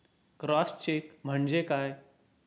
Cross check म्हणजे काय?